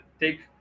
take